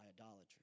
idolatry